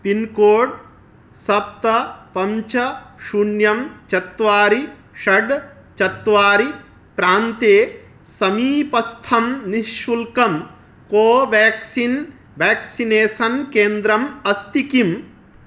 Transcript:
pincode सप्त पञ्च शून्यं चत्वारि षट् चत्वारि प्रान्ते समीपस्थं निःशुल्कं कोवाक्सिन् व्याक्सिनेसन् केन्द्रम् अस्ति किम्